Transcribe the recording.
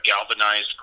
galvanized